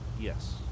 Yes